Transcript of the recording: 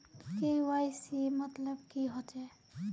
KYC मतलब की होचए?